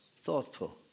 thoughtful